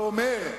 ואומר,